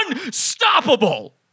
unstoppable